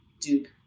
Duke